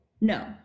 no